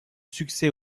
succès